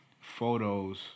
photos